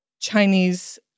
Chinese